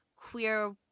queer